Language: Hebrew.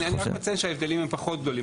אני רק מציין שההבדלים הם פחות גדולים,